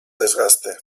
desgaste